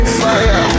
fire